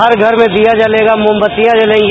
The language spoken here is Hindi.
हर घर में दीया जलेगा मोमबत्तियां जलेंगी